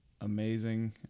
amazing